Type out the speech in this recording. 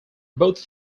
both